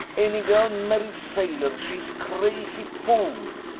any gel marry sailor, she's crazy fool!